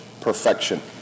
perfection